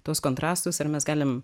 tuos kontrastus ar mes galim